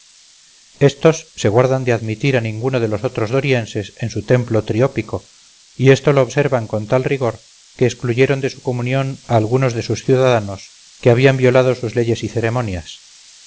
estos se guardan de admitir a ninguno de los otros dorienses en su templo triópico y esto lo observan con tal rigor que excluyeron de su comunión a algunos de sus ciudadanos que habían violado sus leyes y ceremonias